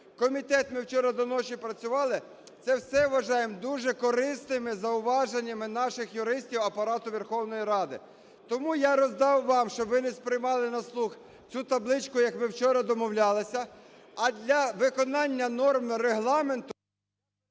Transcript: Комітет, ми вчора до ночі працювали, це все вважаємо дуже корисними зауваженнями наших юристів Апарату Верховної Ради. Тому я роздав вам, щоб ви не сприймали на слух, цю табличку, як ми вчора домовлялися. А для виконання норми Регламенту…